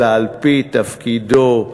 אלא על-פי תפקידו,